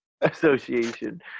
Association